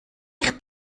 eich